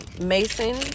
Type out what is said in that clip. mason